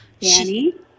Danny